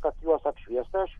kad juos apšviest aš